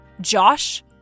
Josh